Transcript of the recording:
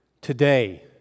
Today